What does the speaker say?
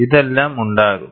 ഇതെല്ലാം ഉണ്ടാകും